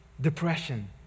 Depression